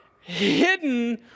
hidden